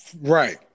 Right